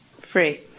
free